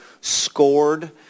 scored